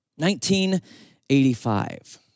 1985